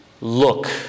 look